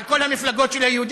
על כל המפלגות של היהודים?